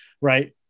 right